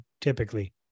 typically